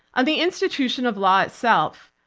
on the institution of law itself.